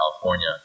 California